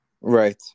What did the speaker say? Right